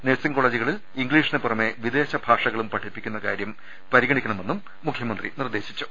nursing കോളജുകളിൽ ഇംഗ്ലീഷിന് പുറമെ വിദേശ ഭാഷ കളും പഠിപ്പിക്കുന്ന കാര്യം പരിഗണിക്കണമെന്നും മുഖ്യമന്ത്രി നിർദേ ശിച്ചു